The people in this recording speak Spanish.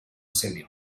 cedió